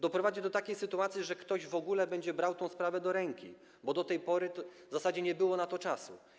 Doprowadzi do takiej sytuacji, że ktoś w ogóle będzie brał tę sprawę do ręki, bo do tej pory w zasadzie nie było na to czasu.